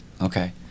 Okay